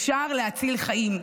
אפשר להציל חיים.